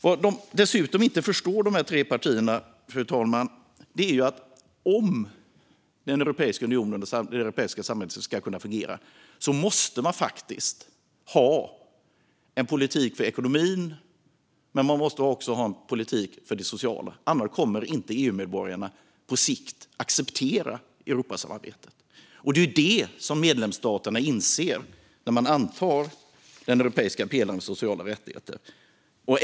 Vad de tre partierna dessutom inte förstår, fru talman, är att om den europeiska unionen och det europeiska samarbetet ska kunna fungera måste man faktiskt ha en politik för ekonomin men också en politik för det sociala, annars kommer inte EU-medborgarna på sikt att acceptera Europasamarbeten. Det är det som medlemsstaterna inser när man antar den europeiska pelaren för sociala rättigheter.